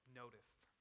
noticed